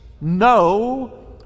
No